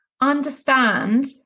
Understand